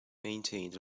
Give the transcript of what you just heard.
maintained